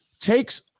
takes